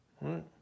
Right